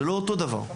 זה לא אותו דבר.